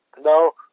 No